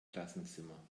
klassenzimmer